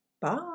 bye